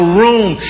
room